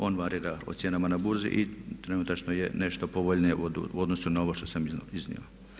On varira o cijenama na burzi i trenutačno je nešto povoljnije u odnosu na ovo što sam iznio.